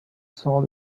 saw